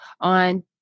on